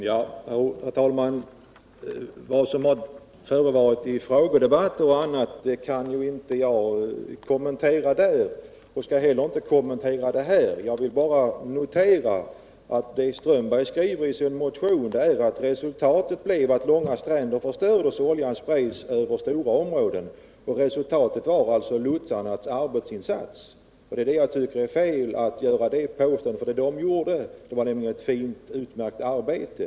Herr talman! Vad som förevarit i en frågedebatt har jag inte kunnat kommentera då, och jag skall inte heller kommentera det nu. Jag noterar bara att vad Karl-Erik Strömberg har skrivit i en motion är, att resultatet blev att långa stränder förstördes och oljan spreds över stora områden. Det var resultatet av lotsarnas arbetsinsats. Jag tycker det är ett felaktigt påstående, eftersom lotsarna gjorde ett utmärkt arbete.